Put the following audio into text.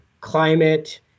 climate